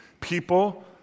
people